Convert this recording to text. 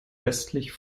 westlich